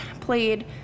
played